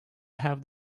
have